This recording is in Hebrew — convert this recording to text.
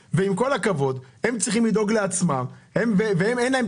מקומית במעמד כלכלי חברתי 10 מינוס שתי